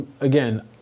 again